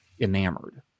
enamored